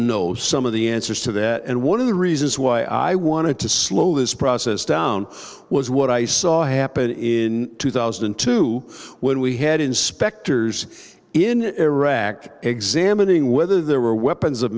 know some of the answers to that and one of the reasons why i wanted to slow this process down was what i saw happen in two thousand and two when we had inspectors in iraq examining whether there were weapons of